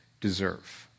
deserve